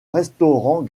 restaurant